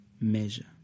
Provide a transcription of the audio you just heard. measure